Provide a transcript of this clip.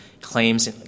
claims